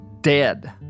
dead